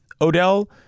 Odell